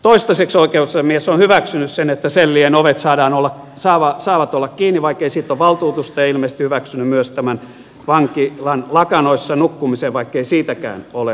toistaiseksi oikeusasiamies on hyväksynyt sen että sellien ovet saavat olla kiinni vaikkei siitä ole valtuutusta ja ilmeisesti hyväksynyt myös tämän vankilan lakanoissa nukkumisen vaikkei siitäkään ole olemassa erillistä valtuutusta